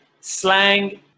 slang